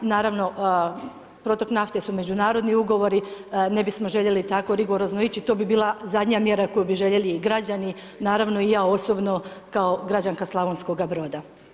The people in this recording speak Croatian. Naravno, protok nafte su međunarodni ugovori, ne bismo željeli tako rigorozno ići, to bi bila zadnja mjera koju bi željeli građani i naravno i ja osobno kao građanka Slavonskoga Broda.